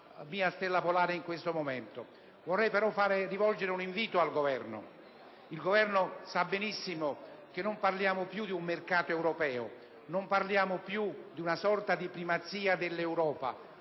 mia stella polare in questo momento. Vorrei però rivolgere un invito all'Esecutivo. Il Governo sa benissimo che non parliamo più di un mercato europeo, né di una sorta di primazia dell'Europa